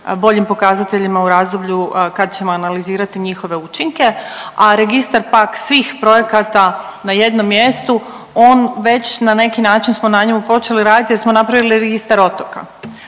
boljim pokazateljima u razdoblju kad ćemo analizirati njihove učinke, a registar pak svih projekata na jednom mjestu on već na neki način smo na njemu počeli raditi jer smo napravili registar otoka